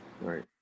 right